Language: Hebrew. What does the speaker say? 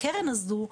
הקרן הזו,